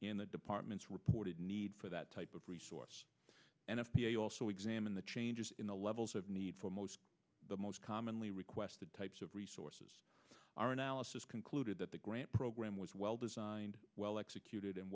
in the department's reported need for that type of resource n f p a also examine the changes in the levels of need for most the most commonly requested types of resources our analysis concluded that the grant program was well designed well executed and